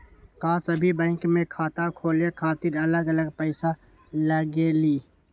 का सभी बैंक में खाता खोले खातीर अलग अलग पैसा लगेलि?